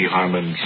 Harmon